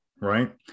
Right